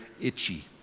itchy